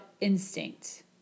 instinct